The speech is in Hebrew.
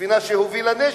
כספינה שהובילה נשק.